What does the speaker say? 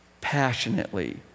passionately